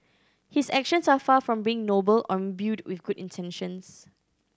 his actions are far from being noble or imbued with good intentions